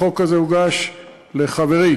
החוק הזה הוגש לחברי